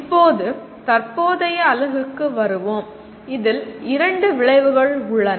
இப்போது தற்போதைய அலகுக்கு வருவோம் இதில் இரண்டு விளைவுகள் உள்ளன